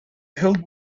held